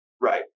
Right